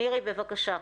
מירי, בבקשה.